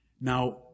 Now